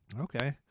Okay